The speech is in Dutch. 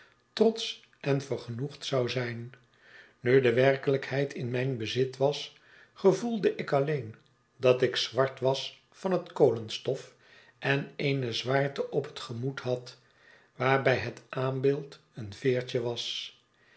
trotsch en vergenoegd zou zijn nu de werkelijkheid in mijn bezit was gevoelde ik alleen dat ik zwart was van het kolenstof en eene zwaarte op het gemoed had waarbij het aambeeld een veertje was